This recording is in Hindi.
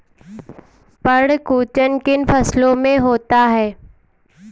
पर्ण कुंचन किन फसलों में होता है?